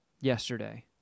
yesterday